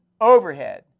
overhead